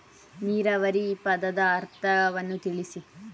ನೀರಾವರಿ ಪದದ ಅರ್ಥವನ್ನು ತಿಳಿಸಿ?